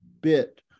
bit